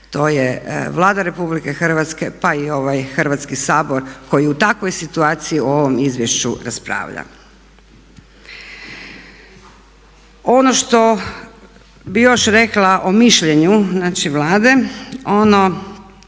to je Vlada Republike Hrvatske pa i ovaj Hrvatski sabor koji u takvoj situaciju o ovom izvješću raspravlja. Ono što bi još rekla o mišljenju znači Vladi,